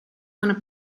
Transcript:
una